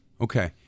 Okay